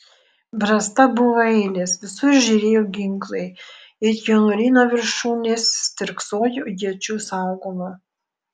brasta buvo eilės visur žėrėjo ginklai it jaunuolyno viršūnės stirksojo iečių saugoma